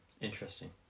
interesting